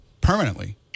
permanently